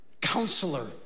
counselor